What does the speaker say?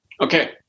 Okay